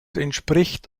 entspricht